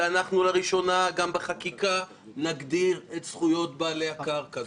ואנחנו לראשונה גם בחקיקה נגדיר את זכויות בעלי הקרקע,